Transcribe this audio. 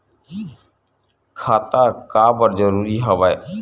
खाता का बर जरूरी हवे?